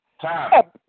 time